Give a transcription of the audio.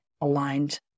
aligned